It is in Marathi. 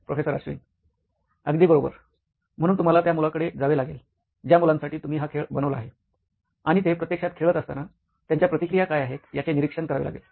प्रोफेसर अश्विन अगदी बरोबर म्हणून तुम्हाला त्या मुलांकडे जावे लागेल ज्या मुलांसाठी तुम्ही हा खेळ बनवला आहे आणि ते प्रत्यक्षात खेळत असताना त्यांच्या प्रतिक्रिया काय आहेत याचे निरीक्षण करावे लागेल